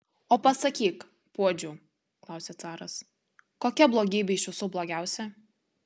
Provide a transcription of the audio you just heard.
o pasakyk puodžiau klausia caras kokia blogybė iš visų blogiausia